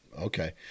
Okay